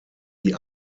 die